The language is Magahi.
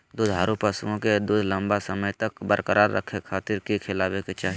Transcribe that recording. दुधारू पशुओं के दूध लंबा समय तक बरकरार रखे खातिर की खिलावे के चाही?